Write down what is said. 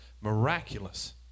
miraculous